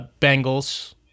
Bengals